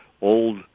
old